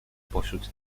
pośród